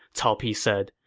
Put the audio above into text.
cao pi said.